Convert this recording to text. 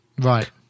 Right